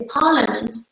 parliament